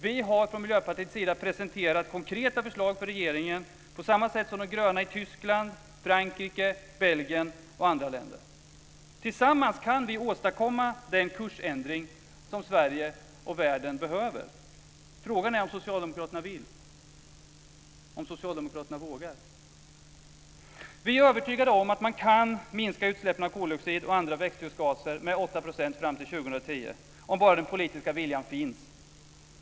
Vi i Miljöpartiet har presenterat konkreta förslag för regeringen på samma sätt som de gröna i Tyskland, Frankrike, Belgien och andra länder. Tillsammans kan vi åstadkomma den kursändring som Sverige och världen behöver. Frågan är om Socialdemokraterna vill och vågar. Vi är övertygade om att man kan minska utsläppen av koldioxid och andra växthusgaser med 8 % fram till 2010 om bara den politiska viljan finns.